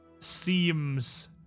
seems